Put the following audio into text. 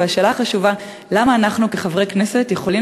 והשאלה החשובה: למה אנחנו כחברי כנסת יכולים